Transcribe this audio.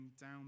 down